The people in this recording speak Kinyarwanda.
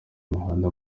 imihanda